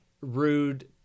rude